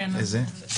הוא